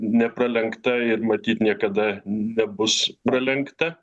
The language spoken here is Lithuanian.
nepralenkta ir matyt niekada nebus pralenkta